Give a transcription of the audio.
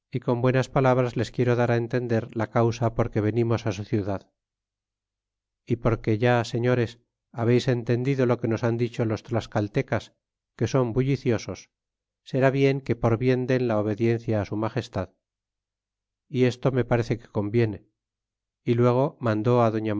é con buenas palabras les quiero dar entender la causa porque venimos su ciudad y por que ya señores habeis entendido lo que nos han dicho los tlascaltecas que son bulliciosos será bien que por bien den la obediencia su magestad y esto me parece que conviene y luego mandó